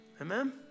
Amen